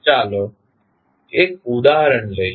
ચાલો એક ઉદાહરણ લઈએ